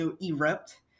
erupt